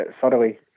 Thoroughly